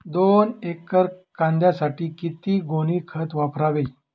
दोन एकर कांद्यासाठी किती गोणी खत वापरावे?